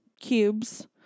cubes